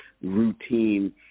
routine